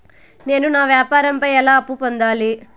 నేను నా వ్యాపారం పై ఎలా అప్పు పొందాలి?